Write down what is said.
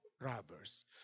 robbers